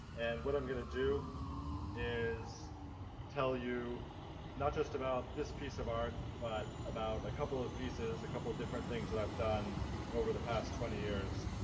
and what i'm gonna do is tell you not just about this piece of art, but about a couple of pieces, a couple different things that i've done over the past twenty years,